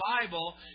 Bible